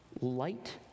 light